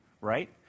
right